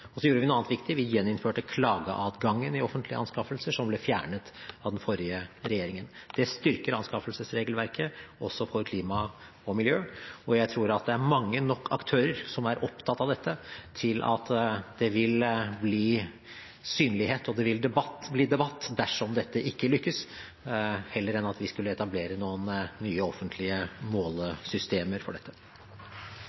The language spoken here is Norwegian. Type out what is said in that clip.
Og så gjorde vi noe annet viktig, vi gjeninnførte klageadgangen i offentlige anskaffelser, som ble fjernet av den forrige regjeringen. Det styrker anskaffelsesregelverket også for klima og miljø. Og jeg tror at det er mange nok aktører som er opptatt av dette til at det vil bli synlighet og vil bli debatt dersom dette ikke lykkes, heller enn at vi skulle etablere noen nye offentlige